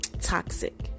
toxic